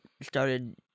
started